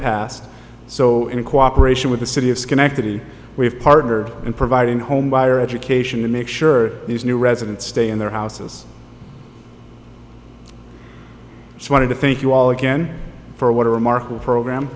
past so in cooperation with the city of schenectady we have partnered and providing home buyer education to make sure these new residents stay in their houses so wanted to thank you all again for what a remarkable program